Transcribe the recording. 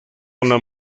una